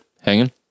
Hanging